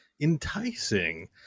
enticing